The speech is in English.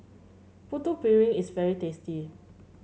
Putu Piring is very tasty